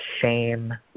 shame